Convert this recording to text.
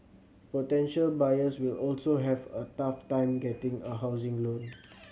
potential buyers will also have a tough time getting a housing loan